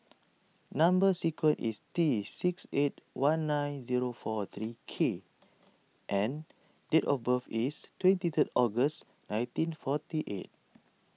Number Sequence is T six eight one nine zero four thirty K and date of birth is twenty three August nineteen forty eight